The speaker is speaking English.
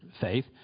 faith